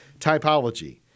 typology